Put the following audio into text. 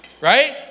right